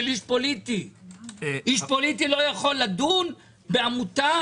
איש פוליטי לא יכול לדון בעמותה,